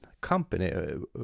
company